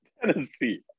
Tennessee